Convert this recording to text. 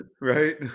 Right